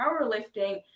powerlifting